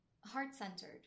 heart-centered